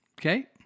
Okay